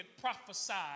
prophesied